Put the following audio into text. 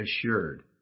assured